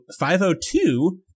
5.02